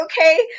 okay